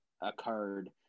occurred